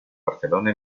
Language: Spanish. barcelona